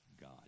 God